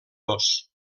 dos